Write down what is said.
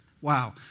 wow